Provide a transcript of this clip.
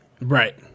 Right